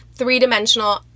three-dimensional